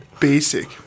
basic